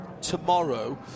tomorrow